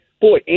boy